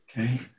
Okay